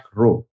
row